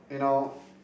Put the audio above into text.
you know